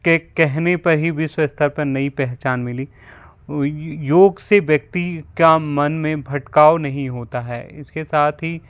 के कहने पर ही विश्व स्तर पर नई पहचान मिली यो योग से व्यक्ति का मन में भटकाव नहीं होता है इसके साथ ही